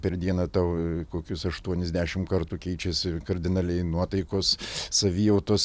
per dieną tau kokius aštuonis dešimt kartų keičiasi kardinaliai nuotaikos savijautos